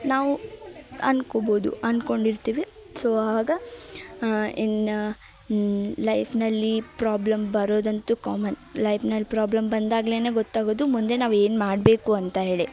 ನಾವು ಅನ್ಕೊಬೋದು ಅನ್ಕೊಂಡಿರ್ತೀವಿ ಸೊ ಆವಾಗ ಇನ್ನು ಲೈಫ್ನಲ್ಲಿ ಪ್ರಾಬ್ಲಮ್ ಬರೋದಂತು ಕಾಮನ್ ಲೈಫ್ನಲ್ಲಿ ಪ್ರಾಬ್ಲಮ್ ಬಂದಾಗ್ಲೆ ಗೊತ್ತಾಗೋದು ಮುಂದೆ ನಾವೇನು ಮಾಡಬೇಕು ಅಂತ ಹೇಳಿ